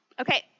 Okay